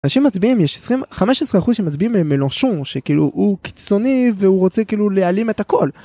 אנשים מצביעים, יש 20 15% שמצביעים מלנשון, שכאילו הוא קיצוני והוא רוצה כאילו להעלים את הכל